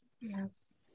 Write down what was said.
yes